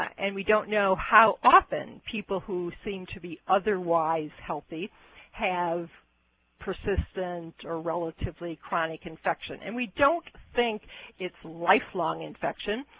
and we don't know how often people who seem to be otherwise healthy have persistent, ah relatively chronic infection. and we don't think it's lifelong infection.